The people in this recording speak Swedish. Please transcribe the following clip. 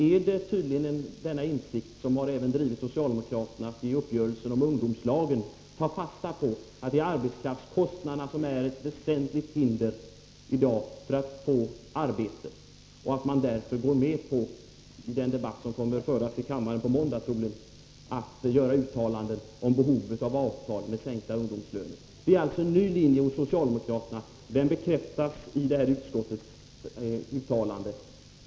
Är det denna insikt som även har drivit socialdemokraterna att i uppgörelsen om ungdomslagen ta fasta på att det är arbetskraftskostnaderna i dag som är ett väsentligt hinder för att få arbete och att man därför går med på —-i den debatt som troligen kommer att föras i kammaren på måndag — att göra uttalanden om behovet av avtal med sänkta ungdomslöner? Det är alltså en ny linje hos socialdemokraterna, och den bekräftas i det här utskottets uttalande.